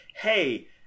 hey